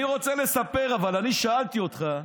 אני רוצה לספר, אבל אני שאלתי אותך,